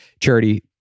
Charity